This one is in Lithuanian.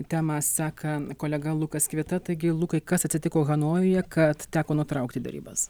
temą seka kolega lukas kivita taigi lukai kas atsitiko hanojuje kad teko nutraukti derybas